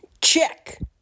Check